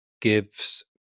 gives